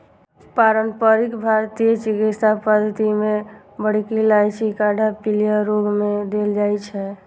पारंपरिक भारतीय चिकित्सा पद्धति मे बड़की इलायचीक काढ़ा पीलिया रोग मे देल जाइ छै